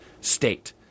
state